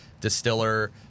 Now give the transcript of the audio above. distiller